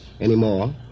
anymore